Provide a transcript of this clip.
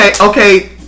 okay